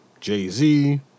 Jay-Z